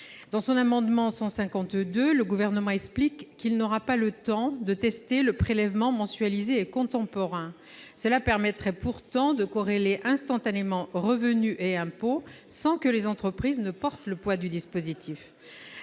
de son amendement n° 152, le Gouvernement explique qu'il n'aura pas le temps de tester le prélèvement mensualisé et contemporain ; un tel dispositif permettrait pourtant de corréler instantanément revenu et impôt sans que les entreprises portent le poids du dispositif.